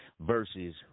versus